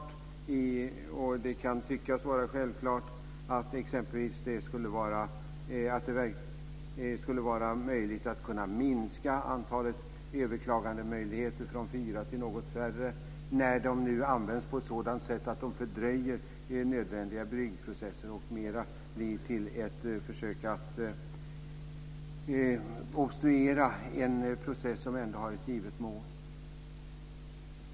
T.ex. kan det tyckas vara självklart att det skulle vara möjligt att minska antalet överklagandemöjligheter från fyra till något färre, när de nu används på ett sådant sätt att de fördröjer nödvändiga byggprocesser och mer blir till försök att obstruera en process som ändå har ett givet mål.